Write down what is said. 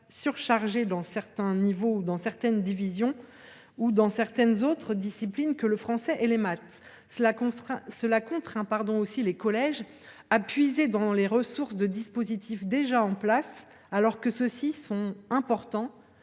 surchargées dans des niveaux ou divisions ou dans d’autres disciplines que le français et les maths. Cela contraint aussi les collèges à puiser dans les ressources de dispositifs existants, alors que ceux ci sont importants